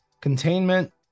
containment